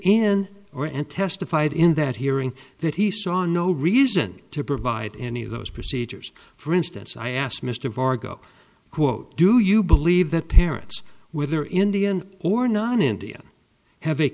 an testified in that hearing that he saw no reason to provide any of those procedures for instance i asked mr vargo quote do you believe that parents whether indian or non india hav